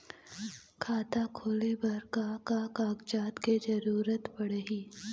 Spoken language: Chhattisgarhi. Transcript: खाता खोले बर का का कागजात के जरूरत पड़ही?